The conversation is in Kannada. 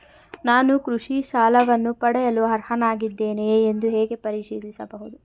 ನಾನು ಕೃಷಿ ಸಾಲವನ್ನು ಪಡೆಯಲು ಅರ್ಹನಾಗಿದ್ದೇನೆಯೇ ಎಂದು ಹೇಗೆ ಪರಿಶೀಲಿಸಬಹುದು?